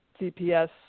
CPS